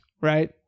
right